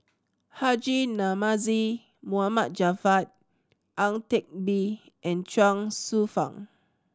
Haji Namazie Mohd Javad Ang Teck Bee and Chuang Hsueh Fang